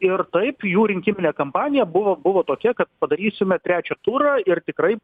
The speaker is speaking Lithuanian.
ir taip jų rinkiminė kampanija buvo buvo tokia kad padarysime trečią turą ir tikrai